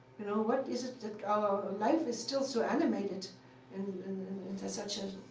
you know, what is it that our life is still so animated and there's such a